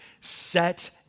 set